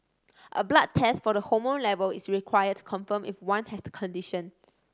a blood test for the hormone level is required confirm if one has the condition